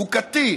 חוקתי,